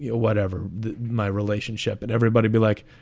yeah whatever my relationship and everybody be like,